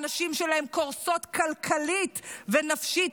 והנשים שלהם קורסות כלכלית ונפשית,